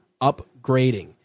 upgrading